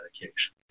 medication